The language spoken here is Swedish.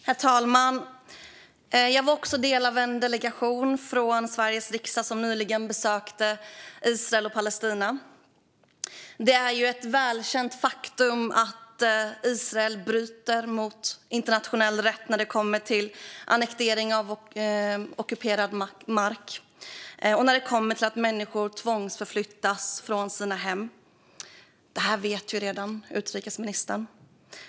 Herr talman! Jag var också del av en delegation från Sveriges riksdag som nyligen besökte Israel och Palestina. Det är ju ett välkänt faktum att Israel bryter mot internationell rätt när det kommer till annektering av ockuperad mark och att människor tvångsförflyttas från sina hem. Det här vet redan utrikesministern.